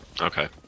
Okay